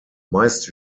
meist